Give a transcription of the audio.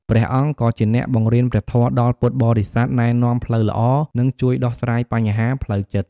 ព្រះអង្គក៏ជាអ្នកបង្រៀនព្រះធម៌ដល់ពុទ្ធបរិស័ទ ណែនាំផ្លូវល្អ និងជួយដោះស្រាយបញ្ហាផ្លូវចិត្ត។